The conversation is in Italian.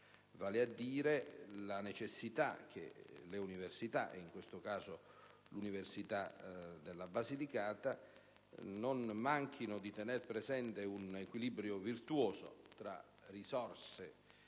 vale a dire la necessità che le università, in questo caso l'Università della Basilicata, non manchino di tener presente un equilibrio virtuoso tra le risorse